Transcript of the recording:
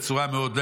בצורה מאוד,